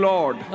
Lord